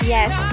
Yes